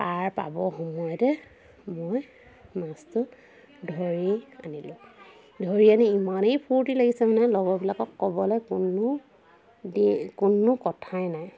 পাৰ পাব সময়তে মই মাছটো ধৰি আনিলোঁ ধৰি আনি ইমানেই ফূৰ্তি লাগিছে মানে লগৰবিলাকক ক'বলৈ কোনো দি কোনো কথাই নাই